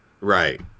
Right